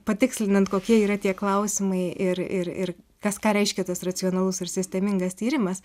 patikslinant kokie yra tie klausimai ir ir ir kas ką reiškia tas racionalus ir sistemingas tyrimas